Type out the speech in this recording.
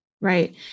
Right